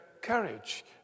courage